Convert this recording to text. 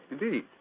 Indeed